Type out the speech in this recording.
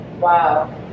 Wow